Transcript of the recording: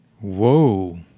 Whoa